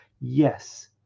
Yes